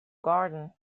garden